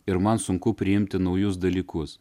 ir man sunku priimti naujus dalykus